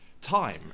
time